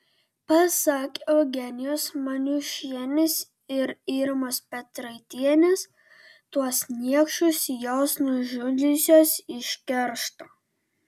pasak eugenijos maniušienės ir irmos petraitienės tuos niekšus jos nužudžiusios iš keršto